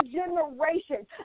generations